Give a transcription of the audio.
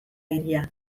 hiria